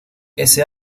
ese